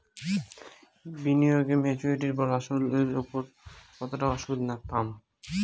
বিনিয়োগ এ মেচুরিটির পর আসল এর উপর কতো টাকা সুদ পাম?